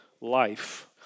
life